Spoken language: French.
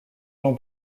jean